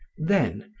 then,